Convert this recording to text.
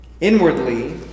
inwardly